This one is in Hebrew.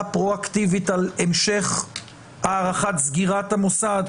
פרו אקטיבית על המשך הארכת סגירת המוסד,